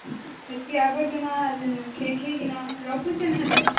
ହେତ୍କି ଆବର୍ଜନା ଆ ଯେନ୍ ଖେଇ ଖେଇ କିନା ରଖୁଛି ନ ହେଲେ